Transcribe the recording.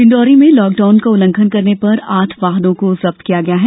डिण्डौरी में लॉकडाउन का उल्लंघन करने पर आठ वाहनों को जब्त किया गया है